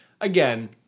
again